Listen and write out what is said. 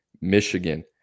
Michigan